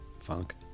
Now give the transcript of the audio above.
funk